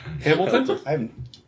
Hamilton